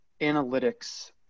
analytics